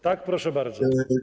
Tak, proszę bardzo.